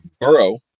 Burrow